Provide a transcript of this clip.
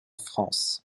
france